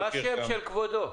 מה השם של כבודו?